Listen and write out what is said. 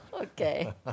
Okay